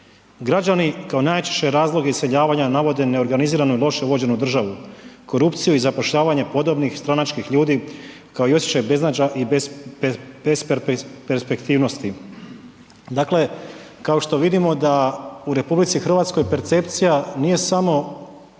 Građani kao najčešći razlog iseljavanja navode neorganizirano i loše vođenu državu, korupciju i zapošljavanje podobnih stranačkih ljudi kao i osjećaj beznađa i besperspektivnosti. Dakle, kao što vidimo da u RH percepcija nije samo